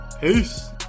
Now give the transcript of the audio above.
peace